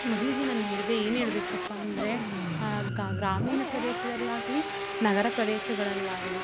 ಮೊದಲಿಗೆ ನಾನು ಹೇಳಿದೆ ಏನು ಹೇಳ್ಬೇಬೇಕಪ್ಪ ಅಂದರೆ ಗ್ರಾಮೀಣ ಪ್ರದೇಶದಲ್ಲಾಗಲಿ ನಗರ ಪ್ರದೇಶಗಳಲ್ಲಾಗಲಿ